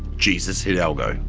jesus hidalgo.